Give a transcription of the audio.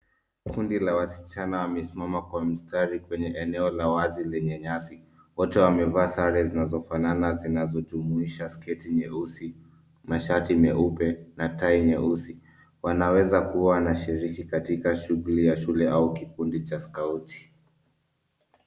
Kundi la wasichana wamesimama kwa mstari kwenye eneo la wazi lenye nyasi. Wote wamevaa sare zinazofanana zinazojumuisha sketi nyeusi, mashati meupe, na tai nyeusi. Wanaweza kuwa wanashiriki katika shughuli ya shule au kikundi cha skauti.